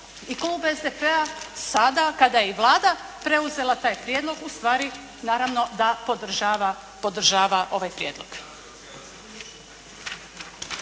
i klub SDP-a sada kada je i Vlada preuzela taj Prijedlog ustvari naravno da podržava ovaj Prijedlog.